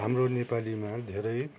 हाम्रो नेपालीमा धेरै